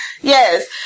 Yes